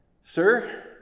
sir